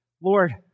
Lord